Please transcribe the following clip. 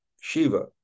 Shiva